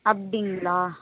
அப்படிங்களா